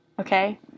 Okay